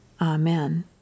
Amen